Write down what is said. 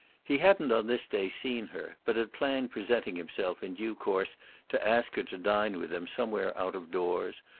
he hadn't on this day seen her, but had planned presenting himself in due course to ask her to dine with him somewhere out of doors,